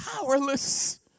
powerless